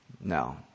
No